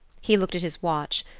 he looked at his watch,